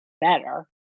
better